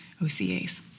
OCA's